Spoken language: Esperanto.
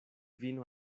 vino